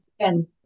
again